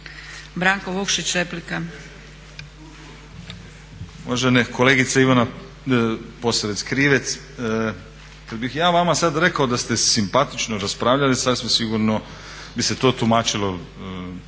Branko (Nezavisni)** Uvažene kolegice Ivana Posavec Krivec, kad bih ja vama sad rekao da ste simpatično raspravljali sasvim sigurno bi se to tumačilo